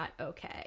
okay